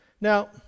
Now